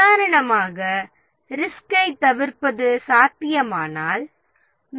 உதாரணமாக ரிஸ்கைத் தவிர்ப்பது சாத்தியமானால் ரிஸ்கைத் தவிர்க்க வேண்டும்